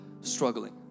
struggling